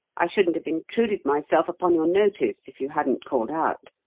i shouldn't have intruded myself upon your notice if you hadn't called out.